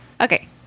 Okay